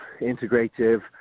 integrative